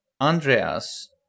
Andreas